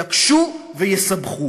יקשה ויסבך.